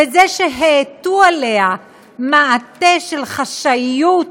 ובזה שהעטו עליה מעטה של חשאיות,